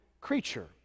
creature